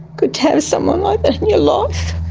good to have someone like that in your life.